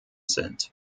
sind